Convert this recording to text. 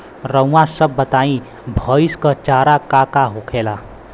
रउआ सभ बताई भईस क चारा का का होखेला?